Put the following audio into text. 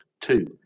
Two